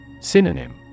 Synonym